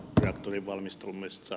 herra puhemies